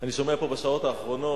אני שומע פה בשעות האחרונות,